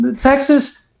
Texas